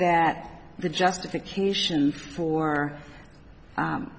that the justification for